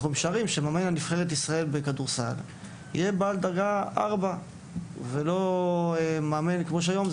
אנחנו משערים שמאמן נבחרת ישראל בכדורסל יהיה בעל דרגה 4. לא כמו היום,